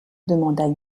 demanda